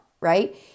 right